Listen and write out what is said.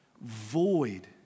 void